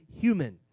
human